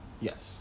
Yes